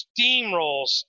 steamrolls